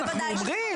אנחנו אומרים.